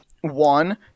one